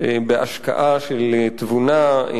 בהשקעה של תבונה,